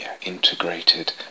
integrated